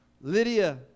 Lydia